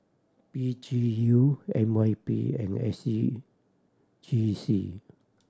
P G U N Y P and S C G C